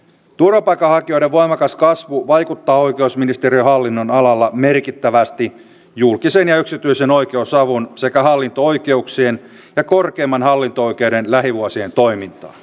turvapaikanhakijoiden voimakas kasvu vaikuttaa oikeusministeriön hallinnonalalla merkittävästi julkisen ja yksityisen oikeusavun sekä hallinto oikeuksien ja korkeimman hallinto oikeuden lähivuosien toimintaan